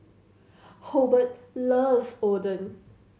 Hobart loves Oden